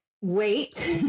wait